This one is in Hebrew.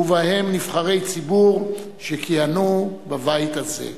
ובהם נבחרי ציבור שכיהנו בבית הזה.